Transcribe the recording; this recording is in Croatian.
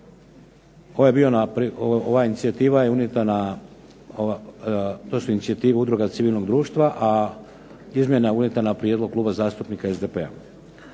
to su inicijative udruga civilnog društva a izmjena je unijeta na prijedlog Kluba zastupnika SDP-a.